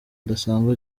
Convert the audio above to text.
adasanzwe